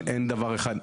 אין דבר אחד.